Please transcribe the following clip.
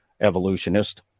evolutionist